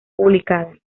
publicada